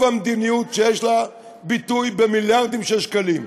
מדיניות שיש לה ביטוי במיליארדים של שקלים,